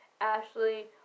Ashley